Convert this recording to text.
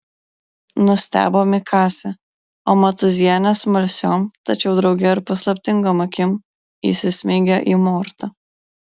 nustebo mikasė o matūzienė smalsiom tačiau drauge ir paslaptingom akim įsismeigė į mortą